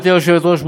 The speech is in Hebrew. גברתי היושבת-ראש,